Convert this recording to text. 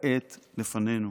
כעת לפנינו,